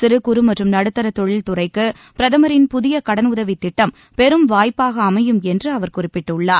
சிறு குறு மற்றும் நடுத்தர தொழில்துறைக்கு பிரதமரின் புதிய கடன் உதவித் திட்டம் பெரும் வாய்ப்பாக அமையும் என்று அவர் குறிப்பிட்டுள்ளார்